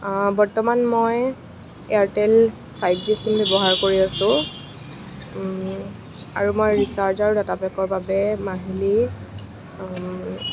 বৰ্তমান মই Airtel five G SIM ব্যৱহাৰ কৰি আছোঁ আৰু মই ৰিচাৰ্জ আৰু ডাটাপেকৰ বাবে মাহিলী